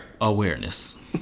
Awareness